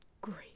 great